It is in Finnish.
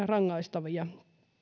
rangaistavia